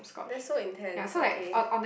that's so intense okay